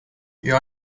you